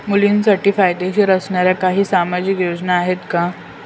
मुलींसाठी फायदेशीर असणाऱ्या काही सामाजिक योजना आहेत का?